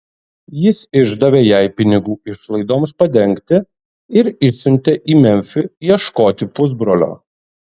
jis išdavė jai pinigų išlaidoms padengti ir išsiuntė į memfį ieškoti pusbrolio